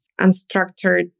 unstructured